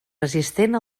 resistent